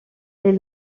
les